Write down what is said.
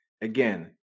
Again